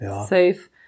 safe